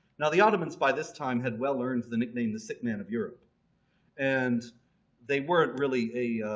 now the ottomans by this time had well earned the nickname the sick man of europe and they weren't really a